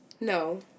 No